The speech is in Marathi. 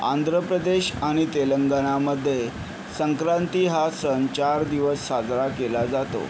आंध्र प्रदेश आणि तेलंगणामध्ये संक्रांती हा सण चार दिवस साजरा केला जातो